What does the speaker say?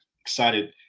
Excited